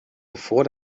bevor